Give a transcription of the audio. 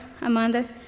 Amanda